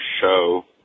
show